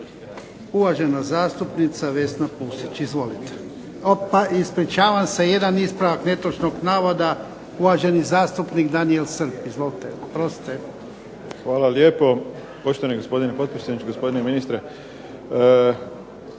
uvažena zastupnica Vesna Pusić. Izvolite. Ispričavam se, jedan ispravak netočnog navoda. Uvaženi zastupnik Daniel Srb. Izvolite. **Srb, Daniel (HSP)** Hvala lijepo poštovani gospodine potpredsjedniče, gospodine ministre.